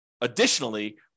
additionally